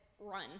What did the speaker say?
run